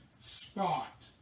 spot